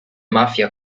mafia